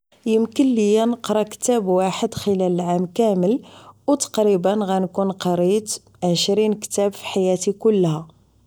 يمكن لي نقرا كتاب واحد خلال عام كامل وتقريبا نكون قريت 200 كتاب في حياتي كلها